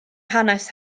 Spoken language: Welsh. hanes